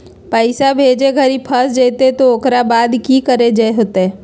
पैसा भेजे घरी फस जयते तो ओकर बाद की करे होते?